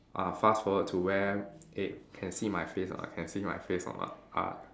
ah fast forward to where eh can see my face or not can see my face or not ah